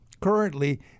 Currently